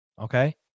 Okay